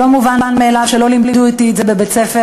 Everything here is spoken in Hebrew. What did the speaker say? לא מובן מאליו שלא לימדו אותי את זה בבית-ספר,